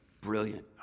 Brilliant